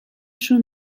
شون